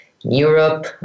Europe